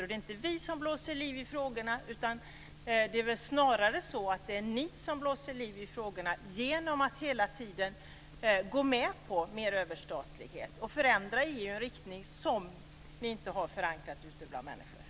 Det är inte bara vi som blåser liv i frågorna, utan det är snarare ni som gör det, genom att hela tiden gå med på mer överstatlighet och att förändra EU i en riktning som ni inte har förankrat ute bland människor.